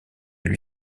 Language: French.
lui